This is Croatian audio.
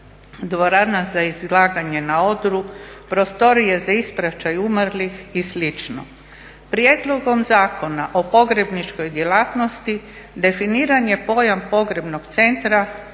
dvorana za izlaganje na odru, prostorije za ispraćaj umrlih i slično. Prijedlogom Zakona o pogrebničkoj djelatnosti definiran je pojam Pogrebnog centra